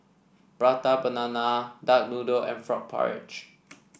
Prata Banana Duck Noodle and Frog Porridge